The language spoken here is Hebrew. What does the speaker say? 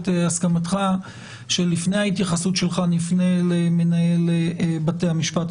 את הסכמתך שלפני ההתייחסות שלך נפנה למנהל בתי המשפט,